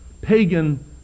pagan